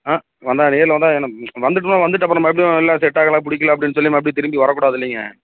ஆ வந்தால் நேரில் வந்தால் என்ன வந்துவிட்டுனா வந்துவிட்டு அப்புறம் மறுபடியும் இல்லை செட்டாகலை பிடிக்கல அப்படின்னு சொல்லி மறுபடியும் திரும்பி வரக்கூடாது இல்லைங்க